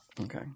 Okay